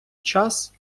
час